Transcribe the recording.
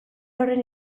horren